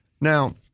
Now